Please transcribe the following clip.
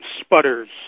sputters